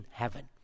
heaven